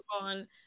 on